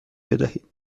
بدهید